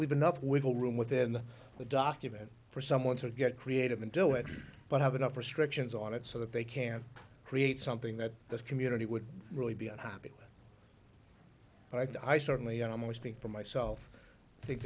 leave enough wiggle room within the document for someone to get creative and do it but have enough restrictions on it so that they can create something that the community would really be unhappy with but i certainly don't we speak for myself i think